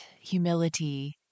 humility